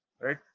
right